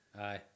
aye